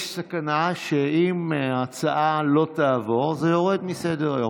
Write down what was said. יש סכנה שאם ההצעה לא תעבור, זה יורד מסדר-היום.